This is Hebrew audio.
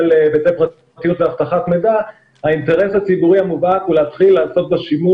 פירטנו בהרחבה את העמדות שלנו ואת הסיבות לכך שאנחנו מתנגדים להצעת החוק